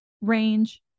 range